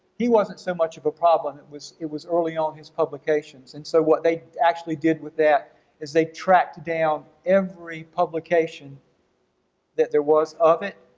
he wasn't so much of a problem. it was it was early on in his publications, and so what they actually did with that is they tracked down every publication that there was of it,